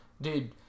Dude